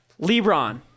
LeBron